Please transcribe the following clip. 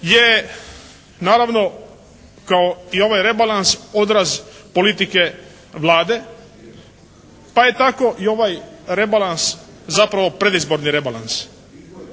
je naravno kao i ovaj rebalans odraz politike Vlade pa je tako i ovaj rebalans zapravo predizborni rebalans.